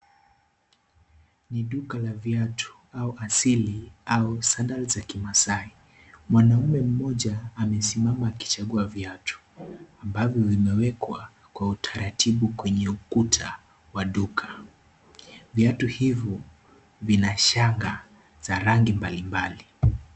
Ni duka la viatu au asili au sandali za kimasai. Mwanaume mmoja amesimama akichagua viatu ambavyo vimewekwa kwa utaratibu kwenye ukuta wa duka. Viatu hivi vina shayanga za rangi mbalimbali.